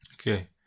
okay